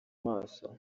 maso